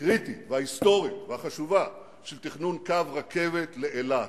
הקריטית וההיסטורית והחשובה של תכנון קו רכבת לאילת.